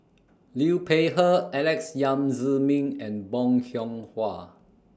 Liu Peihe Alex Yam Ziming and Bong Hiong Hwa